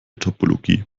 topologie